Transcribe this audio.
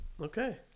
Okay